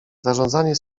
zarządzanie